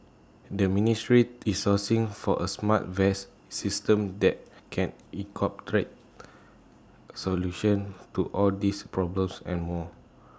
the ministry is sourcing for A smart vest system that can incorporate solutions to all these problems and more